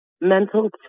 Mental